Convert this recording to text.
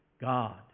God